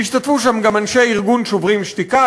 והשתתפו שם גם אנשי "שוברים שתיקה",